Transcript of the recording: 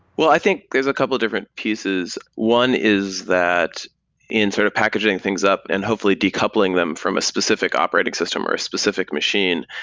i think there's a couple of different pieces. one is that in sort of packaging things up and hopefully decoupling them from a specific operating system or a specific machine,